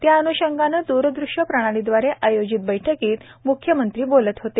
त्याअन्षंगाने दृरदृश्य प्रणालीदवारे आयोजित बैठकीत म्ख्यमंत्री ठाकरे बोलत होते